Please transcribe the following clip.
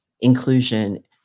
inclusion